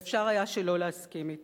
ואפשר היה שלא להסכים אתו,